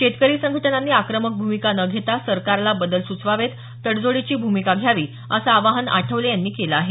शेतकरी संघटनांनी आक्रमक भूमिका न घेता सरकारला बदल सुचवावेत तडजोडीची भूमिका घ्यावी असं आवाहन आठवले यांनी केलं आहे